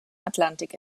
atlantik